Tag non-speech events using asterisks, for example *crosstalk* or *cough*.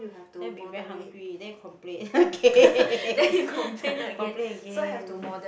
then will be very hungry then complain again *laughs* complain again